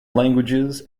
languages